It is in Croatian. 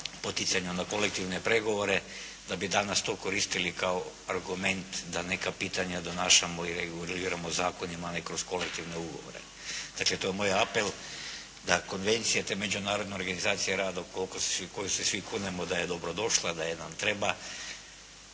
poticanju na kolektivne pregovore, da bi danas to koristili kao argument da neka pitanja donašamo i reguliramo zakonima, a ne kroz kolektivne ugovore. Dakle, to je moj apel da konvencije te Međunarodne organizacije rada u koju se svi kunemo da je dobrodošla, da nam treba